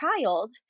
child